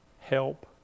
help